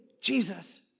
Jesus